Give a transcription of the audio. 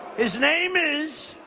his name is.